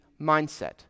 mindset